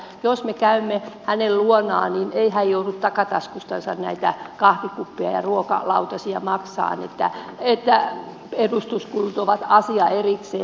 jos me käymme hänen luonaan niin ei hän joudu takataskustansa näitä kahvikuppeja ja ruokalautasia maksamaan edustuskulut ovat asia erikseen